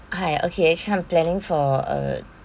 hi okay actually I'm planning for uh